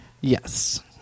Yes